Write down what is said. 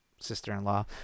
sister-in-law